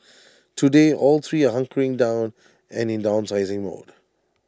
today all three are hunkering down and in downsizing mode